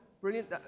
brilliant